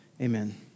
amen